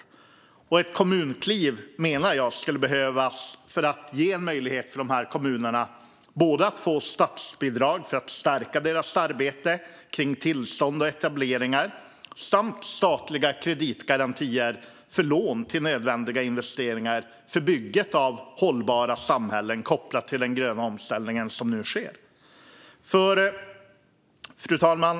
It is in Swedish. Jag menar att ett kommunkliv skulle behövas för att ge en möjlighet för de här kommunerna att få både statsbidrag för att stärka sitt arbete kring tillstånd och etableringar och statliga kreditgarantier för lån till nödvändiga investeringar. Det är investeringar som är nödvändiga för bygget av hållbara samhällen kopplat till den gröna omställning som nu sker. Fru talman!